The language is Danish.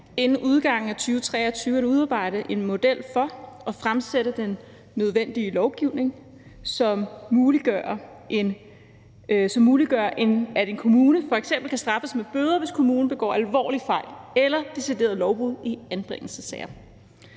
inden udgangen af 2023 at udarbejde en model for og fremsætte den nødvendige lovgivning, som muliggør, at en kommune f.eks. kan straffes med bøder, hvis kommunen begår alvorlige fejl eller deciderede lovbrud i anbringelsessager.